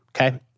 okay